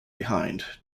behind